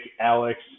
Alex